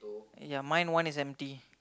ya mine one is empty